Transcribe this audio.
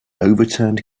overturned